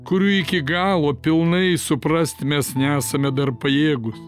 kurių iki galo pilnai suprasti mes nesame dar pajėgūs